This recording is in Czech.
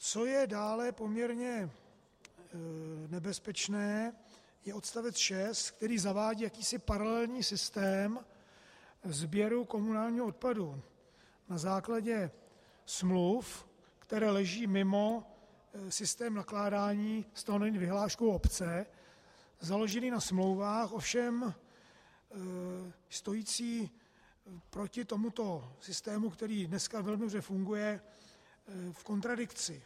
Co je dále poměrně nebezpečné, je odst. 6, který zavádí jakýsi paralelní systém sběru komunálního odpadu na základě smluv, které leží mimo systém nakládání stanovený vyhláškou obce, založený na smlouvách, ovšem stojící proti tomuto systému, který dnes velmi dobře funguje, v kontradikci.